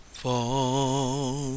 fall